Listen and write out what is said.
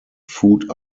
food